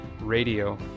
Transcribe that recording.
Radio